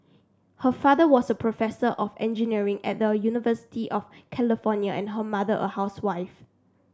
her father was a professor of engineering at the University of California and her mother a housewife